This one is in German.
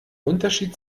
unterschied